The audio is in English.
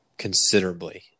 considerably